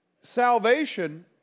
salvation